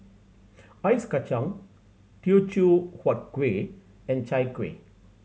Ice Kachang Teochew Huat Kueh and Chai Kuih